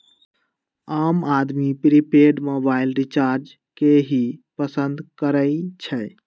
आम आदमी prepaid mobile recharge के ही पसंद करई छई